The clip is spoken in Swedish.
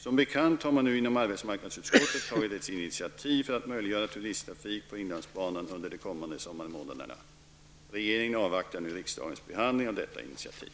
Som bekant har man nu inom arbetsmarknadsutskottet tagit ett initiativ för att möjliggöra turisttrafik på inlandsbanan under de kommande sommarmånaderna. Regeringen avvaktar nu riksdagens behandling av detta initiativ.